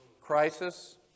crisis